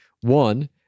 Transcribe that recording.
One